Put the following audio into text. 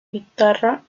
guitarra